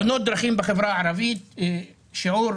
תאונות דרכים בחברה הערבית, שיעור